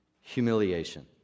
Humiliation